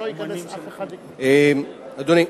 אדוני,